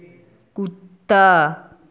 कुत्ता